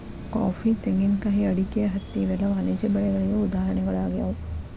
coffee, ತೆಂಗಿನಕಾಯಿ, ಅಡಿಕೆ, ಹತ್ತಿ ಇವೆಲ್ಲ ವಾಣಿಜ್ಯ ಬೆಳೆಗಳಿಗೆ ಉದಾಹರಣೆಗಳಾಗ್ಯಾವ